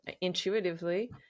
intuitively